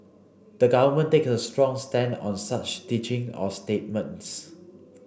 the Government takes a strong stand on such teaching or statements